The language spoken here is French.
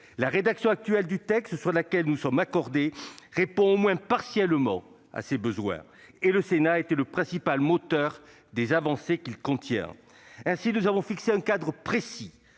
La rédaction actuelle du texte, sur laquelle nous nous sommes accordés, répond au moins partiellement à ces besoins. Et le Sénat a été le principal moteur des avancées qu'il contient. Ainsi, nous avons fixé un cadre précis,